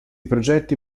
progetti